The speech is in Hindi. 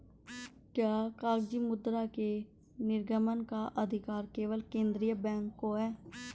क्या कागजी मुद्रा के निर्गमन का अधिकार केवल केंद्रीय बैंक को है?